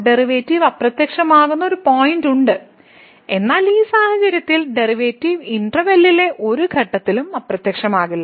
derivative അപ്രത്യക്ഷമാകുന്ന ഒരു പോയിന്റുണ്ട് എന്നാൽ ഈ സാഹചര്യത്തിൽ ഡെറിവേറ്റീവ് ഇന്റെർവെല്ലിലെ ഒരു ഘട്ടത്തിലും അപ്രത്യക്ഷമാകില്ല